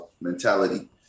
mentality